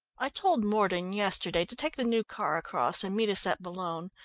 i told morden yesterday to take the new car across and meet us at boulogne.